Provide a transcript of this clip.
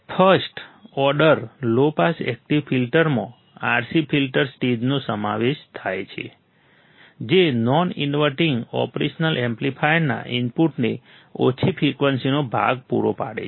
first order low pass active ફિલ્ટરમાં RC filter સ્ટેજનો સમાવેશ થાય છે જે નોન ઇનવર્ટિંગ ઓપરેશન એમ્પ્લીફાયરના ઇનપુટને ઓછી ફ્રિકવન્સીનો ભાગ પૂરો પાડે છે